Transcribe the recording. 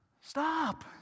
Stop